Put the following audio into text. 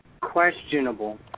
questionable